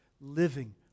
living